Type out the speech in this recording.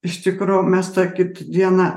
iš tikro mes tą kitą dieną